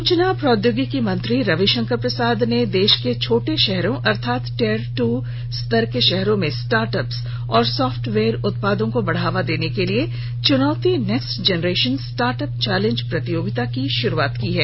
सूचना प्रौद्योगिकी मंत्री रविशंकर प्रसाद ने देश के छोटे शहरों अर्थात टियर टू स्तर के शहरों में स्टार्टअप्स और सॉफ्टवेयर उत्पादों को बढ़ावा देने के लिए चुनौती नेक्स्ट जेनेरेशन स्टार्टअप चैलेंज प्रतियोगिता की शुरुआत की है